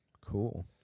cool